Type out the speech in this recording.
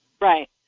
Right